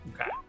Okay